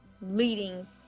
leading